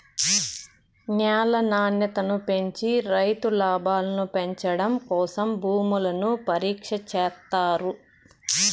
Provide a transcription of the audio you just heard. న్యాల నాణ్యత పెంచి రైతు లాభాలను పెంచడం కోసం భూములను పరీక్ష చేత్తారు